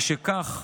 משכך,